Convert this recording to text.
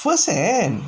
firsthand